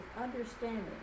understanding